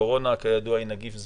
הקורונה היא נגיף זמני,